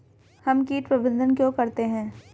हम कीट प्रबंधन क्यों करते हैं?